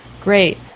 great